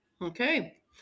Okay